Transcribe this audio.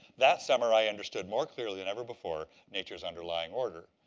that summer i understood more clearly than ever before nature's underlying order.